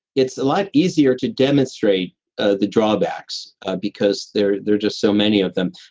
it's a lot easier to demonstrate ah the drawbacks because they're they're just so many of them.